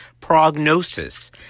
prognosis